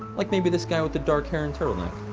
like maybe this guy with the dark hair and turtleneck